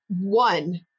one